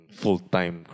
full-time